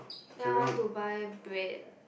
now I want to buy bread